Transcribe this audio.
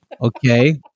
Okay